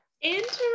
Interesting